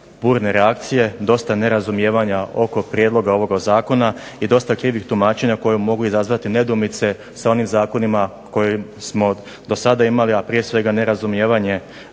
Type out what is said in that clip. burne reakcije, dosta nerazumijevanja oko Prijedloga ovog zakona i dosta krivih tumačenja koje mogu izazvati nedoumice s onim zakonima kojima smo do sada imali, prije svega nerazumijevanje